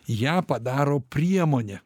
ją padaro priemone